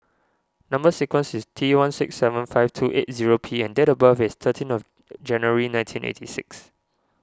Number Sequence is T one six seven five two eight zero P and date of birth is thirteen of January nineteen eighty six